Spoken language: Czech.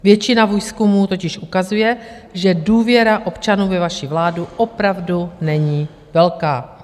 Většina výzkumů totiž ukazuje, že důvěra občanů ve vaši vládu opravdu není velká.